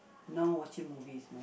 now watching movies